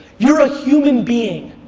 you're a human being.